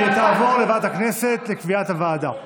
היא תעבור לוועדת הכנסת לקביעת הוועדה.